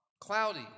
cloudy